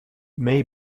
may